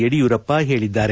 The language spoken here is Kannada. ಯಡಿಯೂರಪ್ಪ ಹೇಳಿದ್ದಾರೆ